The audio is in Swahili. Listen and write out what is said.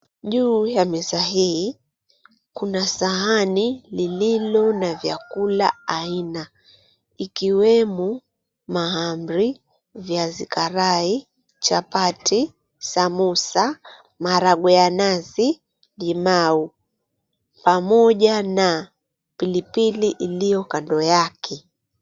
Juu ya meza hii kuna sahani lililo na vyakula aina. Ikiwemo, mahamri, viazi karai, chapati, samosa, maharagwe ya nazi, limau pamoja na pilipili iliyo kando yake.